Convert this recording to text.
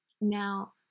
Now